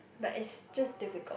but it's just difficult